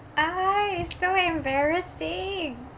ah it's so embarrassing